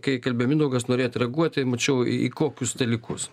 kai kalbėjo mindaugas norėjot reaguoti mačiau į į kokius dalykus